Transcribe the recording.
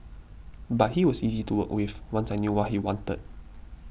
but he was easy to work with once I knew what he wanted